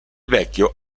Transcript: vecchio